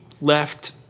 left